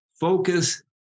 focus